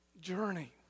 journey